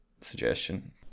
suggestion